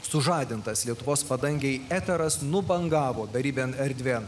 sužadintas lietuvos padangėje eteras nubangavo beribėn erdvėn